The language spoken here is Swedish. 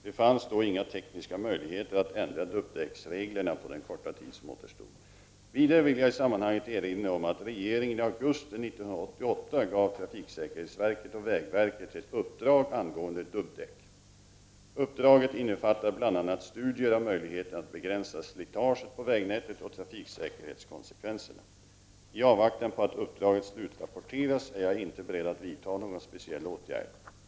Det fanns då inga tekniska möjligheter att ändra dubbdäcksreglerna på den korta tid som återstod. Vidare vill jag i sammanhanget erinra om att regeringen i augusti 1988 gav trafiksäkerhetsverket och vägverket ett uppdrag angående dubbdäck. Uppdraget innefattar bl.a. studier av möjligheten att begränsa slitaget på vägnätet och trafiksäkerhetskonsekvenser. I avvaktan på att uppdraget slutrapporteras är jag inte beredd att vidta någon speciell åtgärd.